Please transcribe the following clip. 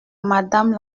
madame